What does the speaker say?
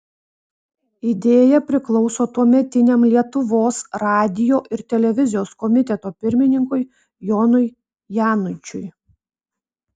idėja priklauso tuometiniam lietuvos radijo ir televizijos komiteto pirmininkui jonui januičiui